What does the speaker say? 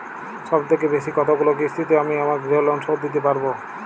সবথেকে বেশী কতগুলো কিস্তিতে আমি আমার গৃহলোন শোধ দিতে পারব?